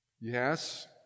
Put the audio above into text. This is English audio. Yes